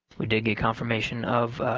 we did get confirmation of